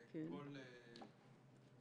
כמו כל מערכת,